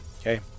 Okay